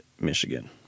Michigan